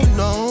no